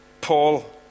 Paul